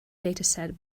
dataset